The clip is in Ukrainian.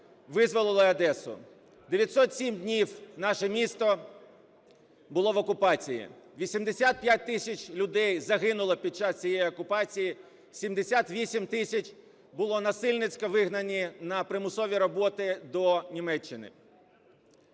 визволили Одесу. 907 днів наше місто було в окупації. 85 тисяч людей загинуло під час цієї окупації, 78 тисяч були насильницькі вигнані на примусові роботи до Німеччини.